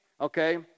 Okay